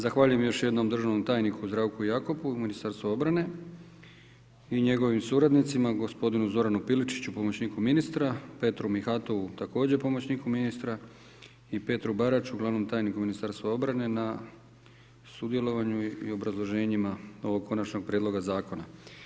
Zahvaljujem još jednom državnom tajniku Zdravku Jakopu u Ministarstvu obrane i njegovim suradnicima gospodinu Zoranu Piličiću pomoćniku ministra, Petru Mihatovu također pomoćniku ministra i Petru Baraču glavnom tajniku u Ministarstvu obrane na sudjelovanju i obrazloženjima ovog konačnog prijedloga zakona.